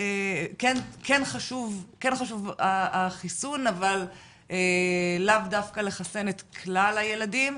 שכן חשוב החיסון אבל לאו דווקא לחסן את כלל הילדים,